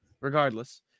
regardless